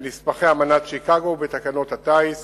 בנספחי אמנת שיקגו ובתקנות הטיס